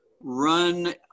run